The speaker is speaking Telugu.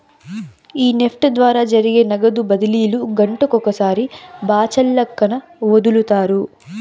ఈ నెఫ్ట్ ద్వారా జరిగే నగదు బదిలీలు గంటకొకసారి బాచల్లక్కన ఒదులుతారు